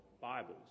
Bibles